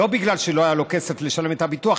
לא בגלל שלא היה לו כסף לשלם את הביטוח,